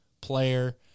player